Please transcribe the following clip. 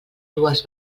dues